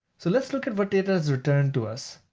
so let's look at what data is returned to us.